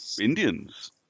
Indians